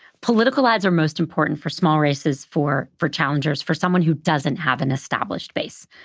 political ads are most important for small races, for for challengers, for someone who doesn't have an established base.